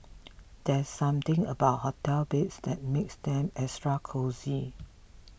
there's something about hotel beds that makes them extra cosy